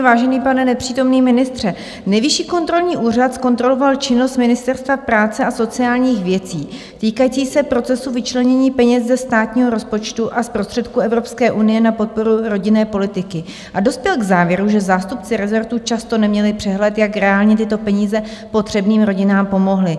Vážený pane nepřítomný ministře, Nejvyšší kontrolní úřad zkontroloval činnost Ministerstva práce a sociálních věcí týkající se procesu vyčlenění peněz ze státního rozpočtu a z prostředků Evropské unie na podporu rodinné politiky a dospěl k závěru, že zástupci rezortu často neměli přehled, jak reálně tyto peníze potřebným rodinám pomohly.